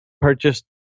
purchased